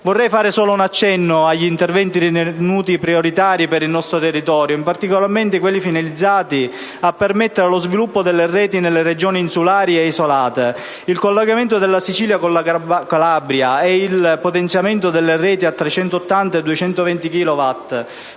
Vorrei fare solo un accenno agli interventi ritenuti prioritari per il nostro territorio, in particolare a quelli finalizzati a permettere lo sviluppo delle reti nelle regioni insulari e isolate: mi riferisco al collegamento della Sicilia con la Calabria e al potenziamento delle reti a 380 e 220